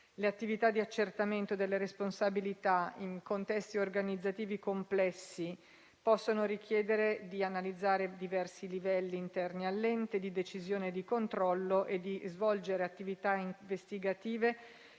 le attività di accertamento delle responsabilità in contesti organizzativi complessi possono richiedere di analizzare i diversi livelli interni all'ente di decisione e di controllo e di svolgere attività investigative